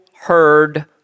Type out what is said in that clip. heard